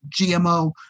GMO